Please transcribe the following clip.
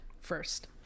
first